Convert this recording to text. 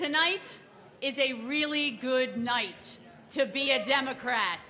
tonight is a really good night to be a democrat